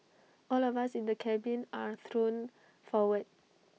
all of us in the cabin are thrown forward